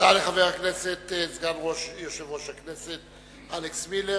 תודה לסגן יושב-ראש הכנסת, חבר הכנסת אלכס מילר.